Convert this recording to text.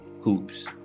Hoops